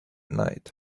night